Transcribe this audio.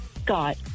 Scott